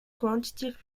quantitative